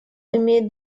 имеет